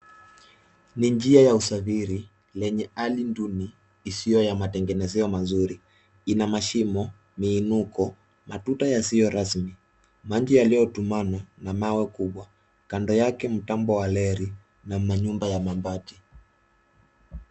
Ni njia ya usafiri lenye hali duni isiyo na matengenezo mazuri. Ina mashimo, miinuko, matuta yasiyo rasmi maji yaliyotumana na mawe makubwa. Kando yake mtambo wa reli na manyumba ya mabati.